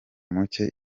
mucye